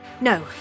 No